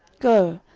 go,